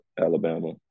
Alabama